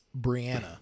Brianna